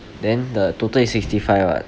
then the total is sixty five [what]